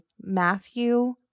Matthew